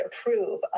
approve